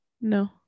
no